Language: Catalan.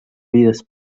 vides